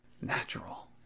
natural